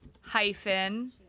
hyphen